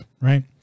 right